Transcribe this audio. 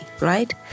right